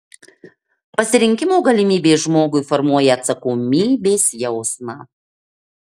pasirinkimo galimybė žmogui formuoja atsakomybės jausmą